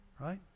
right